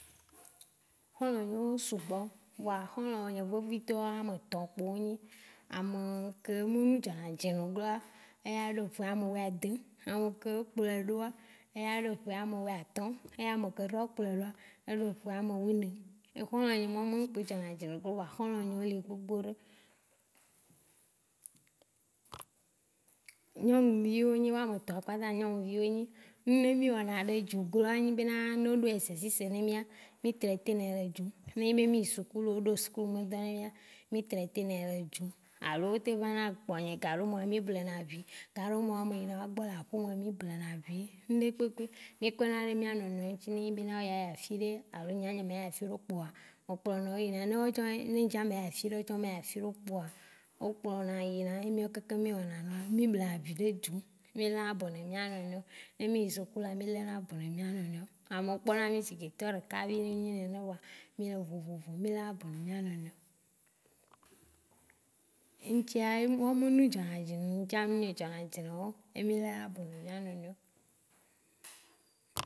Hɔlɔ̃ nye wo sugbɔ̃. Hɔlɔ̃ nye gbovitɔa a nɔ tɔ kpo o nyi ame ke me nu dzɔna dzi nam ɖoa eya ɖo ʋe ame wui adẽ, ame ke kplɔe ɖoa, eya ɖo ʋe ame wui atɔ, e ame ke trɔ kplɔe ɖoa, ʋe ame wui ne. Ehɔlɔ̃ nye mao ko dzɔna dzi nam, kpɔa ehɔlɔ̃ nye o li gbogbo ɖe. Nyɔnuvio wo nyi ame tɔ wa kpata nyɔnuvio wo nyi. Ne mí wɔ na ŋɖe dzogloa, ne enyi be na no o ɖo exercice na mía mí traiter nɛ le dzo. Ne me mí me yi sukulu ne o ɖo sukulu be dɔ na mía, mí traiter nɛ le dzu alo o te va na kpɔa gaɖome mí ble na vi. Gaɖomea me yi na wa gbɔ le aƒe me mí ble na vi, ŋɖe kpekpe. Mí kpeɖe na mía nɔnɔ wo ŋtsi. Ne enyi be na o ya yi afiɖe alo nya nye me ya yi afiɖe kpɔa me kplɔ wo yina no tsã-ne nye tsã me ya yi afiɖe, ne ŋtsã me ya yi afiɖe kpɔa o kplɔnam yina ye mío keke mí wɔna mí ble a viɖe dzi. Mí le a be na mía nɔnɔ wo. Ne mí yi sukulua mí le na nene mía nɔnɔ wo. Ameo kpɔ na mí sigbe etɔ ɖeka be vi mí nyi nene vɔa mí le vovovo. Ŋtsia wo me nu dzɔna dzi nam ŋtsã nu nye dzɔna dzi na wo e mí le na bena mía nɔnɔ wo.